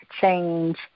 change